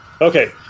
Okay